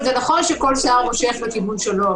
נכון שכל שר מושך לכיוון שלו,